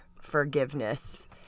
forgiveness